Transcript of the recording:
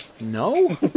No